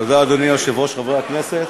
תודה, אדוני היושב-ראש, חברי הכנסת,